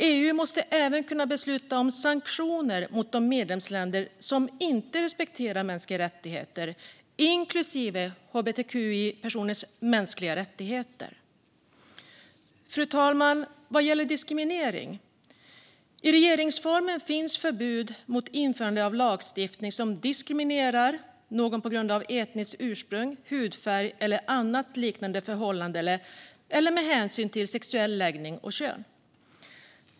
EU måste även kunna besluta om sanktioner mot de medlemsländer som inte respekterar mänskliga rättigheter, inklusive hbtqi-personers mänskliga rättigheter. Fru talman! Vad gäller diskriminering finns i regeringsformen förbud mot införande av lagstiftning som diskriminerar någon på grund av etniskt ursprung, hudfärg eller annat liknande förhållande eller med hänsyn till sexuell läggning eller kön.